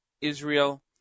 Israel